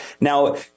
Now